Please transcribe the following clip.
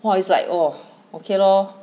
!wah! it's like orh okay lor